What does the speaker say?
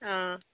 অঁ